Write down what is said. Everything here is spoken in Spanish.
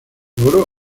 logró